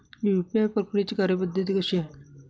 UPI प्रक्रियेची कार्यपद्धती कशी आहे?